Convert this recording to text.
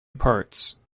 parts